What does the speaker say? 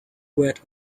red